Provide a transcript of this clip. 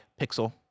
Pixel